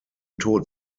tod